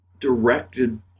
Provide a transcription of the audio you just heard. directed